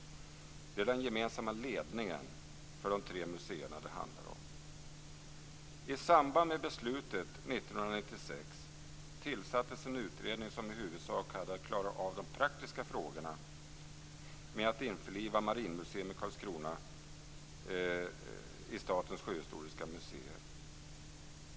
Det är den gemensamma ledningen för de tre museerna det handlar om. I samband med beslutet 1996 tillsattes en utredning som i huvudsak hade att klara av de praktiska frågorna med att införliva Marinmuseum i Karlskrona i Statens sjöhistoriska museer.